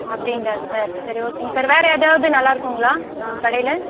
அப்படிங்களா சார் சரி ஓகேங்க சார் வேறு ஏதாவது நல்லா இருக்குங்களா உங்கள் கடையில்